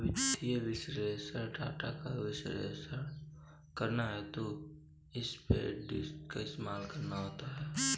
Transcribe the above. वित्तीय विश्लेषक डाटा का विश्लेषण करने हेतु स्प्रेडशीट का इस्तेमाल करते हैं